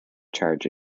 charge